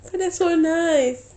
oh that's so nice